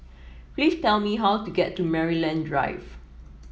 please tell me how to get to Maryland Drive